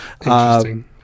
Interesting